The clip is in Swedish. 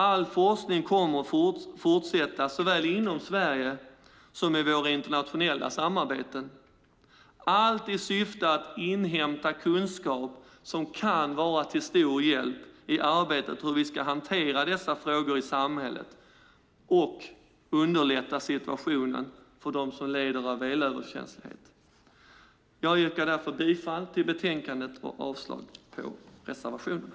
All forskning kommer att fortsätta, såväl inom Sverige som i våra internationella samarbeten, allt i syfte att inhämta kunskap som kan vara till stor hjälp i arbetet med att hantera dessa frågor i samhället och underlätta situationen för dem som lider av elöverkänslighet. Jag yrkar därför bifall till förslaget i utskottets betänkande och avslag på reservationerna.